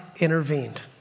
intervened